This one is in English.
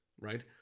right